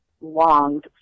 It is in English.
longed